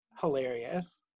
hilarious